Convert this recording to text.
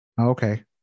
okay